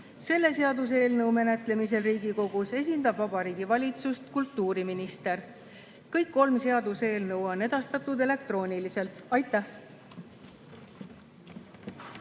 Selle seaduseelnõu menetlemisel Riigikogus esindab Vabariigi Valitsust kultuuriminister. Kõik kolm seaduseelnõu on edastatud elektrooniliselt. Aitäh!